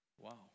Wow